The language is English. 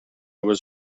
was